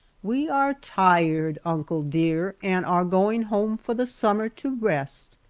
we are tired. uncle, dear, and are going home for the summer to rest.